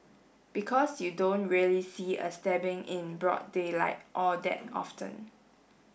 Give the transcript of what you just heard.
because you don't really see a stabbing in broad daylight all that often